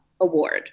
Award